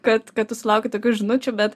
kad kad tu sulauki tokių žinučių bet